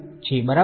વિદ્યાર્થી